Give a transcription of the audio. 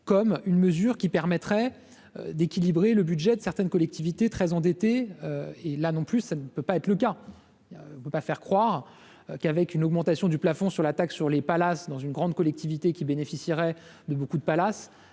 comme une mesure qui permettrait d'équilibrer le budget de certaines collectivités très endettées et là non plus, ça ne peut pas être le cas, il veut pas faire croire qu'avec une augmentation du plafond sur la taxe sur les palaces dans une grande collectivité qui bénéficieraient de beaucoup de palace,